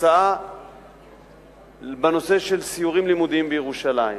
הצעה בנושא של סיורים לימודיים בירושלים,